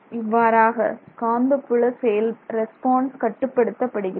இவ்வாறாக காந்தப்புல ரெஸ்பான்ஸ் கட்டுப்படுத்தப்படுகிறது